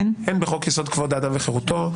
הן בחוק-יסוד: כבוד האדם וחירותו,